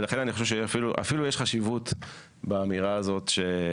ולכן אני חושב שיש חשיבות באמירה שאנחנו